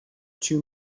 two